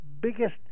biggest